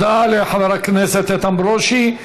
תודה לחבר הכנסת איתן ברושי.